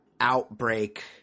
outbreak